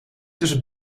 tussen